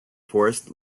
forest